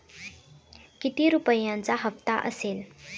किती रुपयांचा हप्ता असेल?